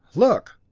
look!